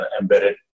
embedded